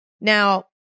Now